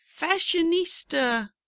fashionista